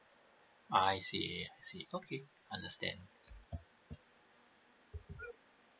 I see I see okay understand